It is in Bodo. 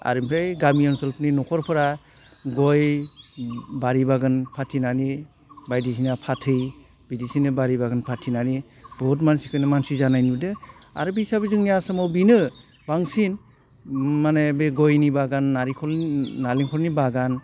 आरो बै गामि ओनसोलफोरनि नख'रफोरा गय बारि बागान फाथिनानै बायदिसिना फाथै बिदिसोनो बारि बागान फाथिनानै बहुद मानसिखौनो मानसि जानाय नुदों आरो बे हिसाबैनो जोंनि आसामाव बेनो बांसिन माने बे गयनि बागान नारिखल नालेंखरनि बागान